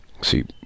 See